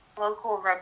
local